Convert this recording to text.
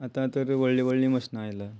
आतां तर व्हडलीं व्हडलीं मशनां आयला